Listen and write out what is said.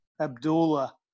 Abdullah